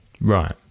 Right